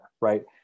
right